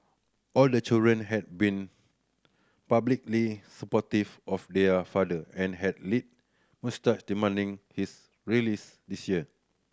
all the children had been publicly supportive of their father and had led most demanding his release this year